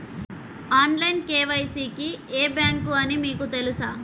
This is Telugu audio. ఆన్లైన్ కే.వై.సి కి ఏ బ్యాంక్ అని మీకు తెలుసా?